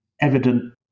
evident